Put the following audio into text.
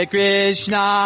Krishna